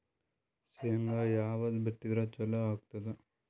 ಶೇಂಗಾ ಯಾವದ್ ಬಿತ್ತಿದರ ಚಲೋ ಆಗತದ?